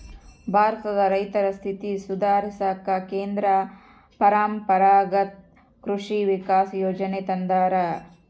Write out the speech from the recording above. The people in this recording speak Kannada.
ಭಾರತದ ರೈತರ ಸ್ಥಿತಿ ಸುಧಾರಿಸಾಕ ಕೇಂದ್ರ ಪರಂಪರಾಗತ್ ಕೃಷಿ ವಿಕಾಸ ಯೋಜನೆ ತಂದಾರ